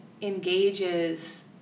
engages